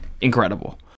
incredible